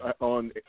on